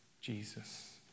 Jesus